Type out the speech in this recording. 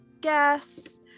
guess